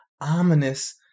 ominous